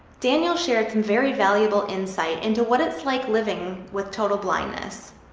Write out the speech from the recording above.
daniel shared some very valuable insight into what it's like living with total blindness.